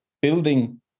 building